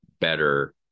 better